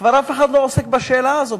וכבר אף אחד לא עוסק בשאלה הזאת.